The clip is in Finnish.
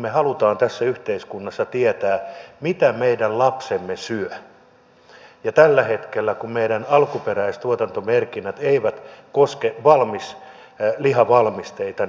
me haluamme tässä yhteiskunnassa tietää mitä meidän lapsemme syövät ja kun tällä hetkellä meidän alkuperäistuotantomerkinnät eivät koske lihavalmisteita